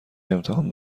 امتحان